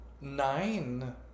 Nine